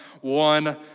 one